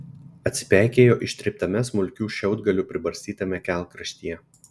atsipeikėjo ištryptame smulkių šiaudgalių pribarstytame kelkraštyje